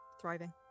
thriving